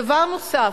דבר נוסף,